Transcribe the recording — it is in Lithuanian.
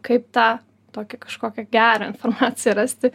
kaip tą tokią kažkokią gerą informaciją rasti